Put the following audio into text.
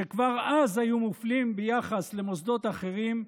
שכבר אז היו מופלים ביחס למוסדות אחרים,